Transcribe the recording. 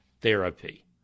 Therapy